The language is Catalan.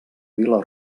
vila